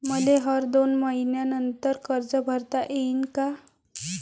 मले हर दोन मयीन्यानंतर कर्ज भरता येईन का?